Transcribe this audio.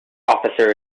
officers